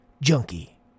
junkie